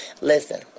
Listen